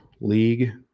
league